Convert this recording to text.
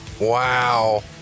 Wow